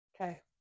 Okay